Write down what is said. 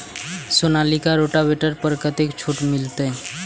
Sonalika rotavator पर कतेक छूट मिलते?